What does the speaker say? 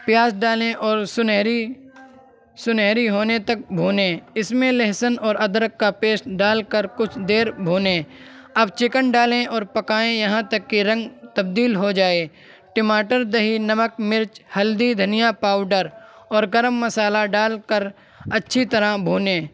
پیاز ڈالیں اور سنہری سنہری ہونے تک بھونیں اس میں لہسن اور ادرک کا پیسٹ ڈال کر کچھ دیر بھونیں اب چکن ڈالیں اور پکائیں یہاں تک کہ رنگ تبدیل ہو جائے ٹماٹر دہی نمک مرچ ہلدی دھنیا پاؤڈر اور گرم مصالحہ ڈال کر اچھی طرح بھونیں